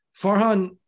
Farhan